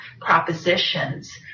propositions